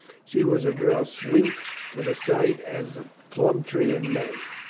she was a girl sweet to the sight as a plum tree in may.